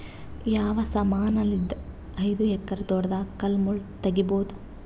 ಯಾವ ಸಮಾನಲಿದ್ದ ಐದು ಎಕರ ತೋಟದಾಗ ಕಲ್ ಮುಳ್ ತಗಿಬೊದ?